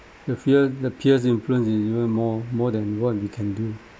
the fear the peers influence is even more more than what we can do